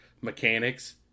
mechanics